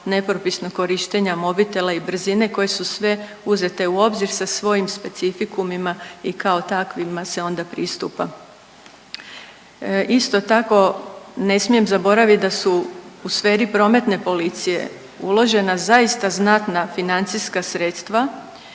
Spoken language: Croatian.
nepropisnog korištenja mobitela i brzine, koje su sve uzete u obzir sa svojim specifikumima i kao takvima se onda pristupa. Isto tako ne smijem zaboravit da su u sferi prometne policije uložena zaista znatna financijska sredstva